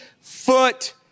foot